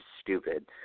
stupid